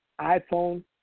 iPhone